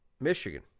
Michigan